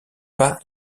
pas